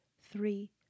three